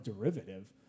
derivative